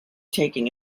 taking